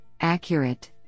accurate